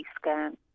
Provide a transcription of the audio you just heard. scan